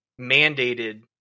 mandated